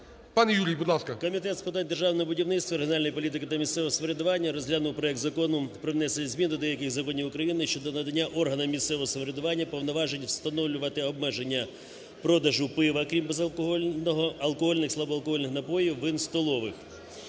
Пане Юрій, будь ласка.